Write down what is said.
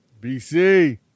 BC